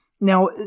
Now